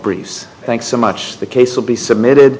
grease thanks so much the case will be submitted